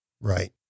Right